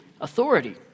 authority